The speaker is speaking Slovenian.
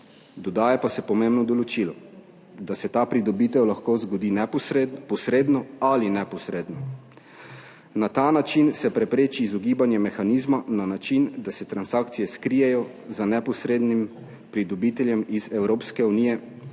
(Nadaljevanje): da se ta pridobitev lahko zgodi neposredno, posredno ali neposredno. Na ta način se prepreči izogibanje mehanizma na način, da se transakcije skrijejo z neposrednim pridobiteljem iz Evropske unije,